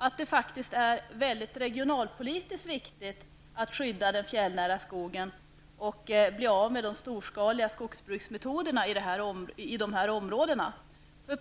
Det är nämligen faktiskt regionalpolitiskt viktigt att skydda den fjällnära skogen och att bli av med de storskaliga skogsbruksmetoderna i det här området.